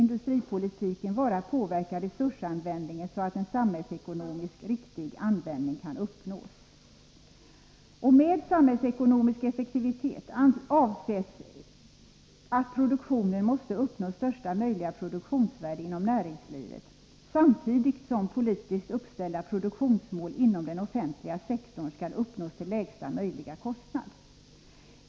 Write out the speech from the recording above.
industripolitiken vara att påverka resursanvändningen, så att en samhällsekonomiskt riktig användning kan uppnås. Med samhällsekonomisk effektivitet avses att produktionen måste uppnå största möjliga produktionsvärde inom näringslivet, samtidigt som politiskt uppställda produktionsmål inom den offentliga sektorn skall uppnås till lägsta möjliga kostnad.